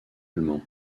allemand